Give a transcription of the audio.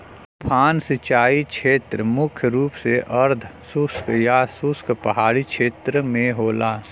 उफान सिंचाई छेत्र मुख्य रूप से अर्धशुष्क या शुष्क पहाड़ी छेत्र में होला